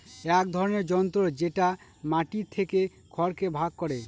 এক ধরনের যন্ত্র যেটা মাটি থেকে খড়কে ভাগ করে